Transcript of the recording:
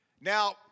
Now